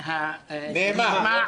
הנאמר.